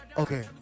okay